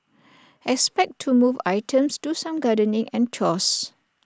expect to move items do some gardening and chores